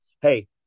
hey